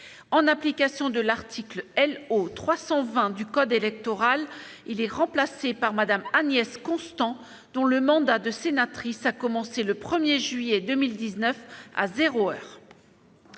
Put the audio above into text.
En application de l'article L.O. 320 du code électoral, il est remplacé par Mme Agnès Constant, dont le mandat de sénatrice a commencé le 1 juillet 2019, à